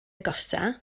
agosaf